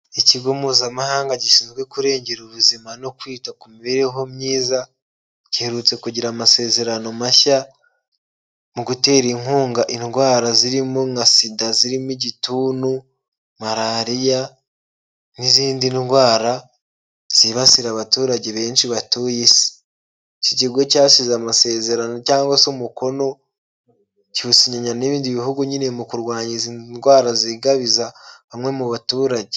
Ikigo Mpuzamahanga gishinzwe kurengera ubuzima no kwita ku mibereho myiza, giherutse kugira amasezerano mashya mu gutera inkunga indwara zirimo nka Sida, zirimo igituntu, marariya n'izindi ndwara zibasira abaturage benshi batuye isi, iki kigo cyasize amasezerano cyangwa se umukono, kiwusinyanya n'ibindi bihugu nyine mu kurwanya izi ndwara zigabiza bamwe mu baturage.